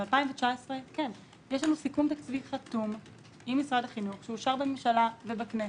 ב-2019 יש לנו סיכום תקציבי חתום עם משרד החינוך שאושר בממשלה ובכנסת,